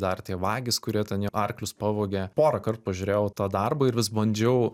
dar tie vagys kurie ten arklius pavogė porąkart pažiūrėjau tą darbą ir vis bandžiau